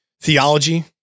theology